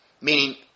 Meaning